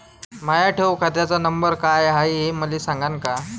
माया ठेव खात्याचा नंबर काय हाय हे मले सांगान का?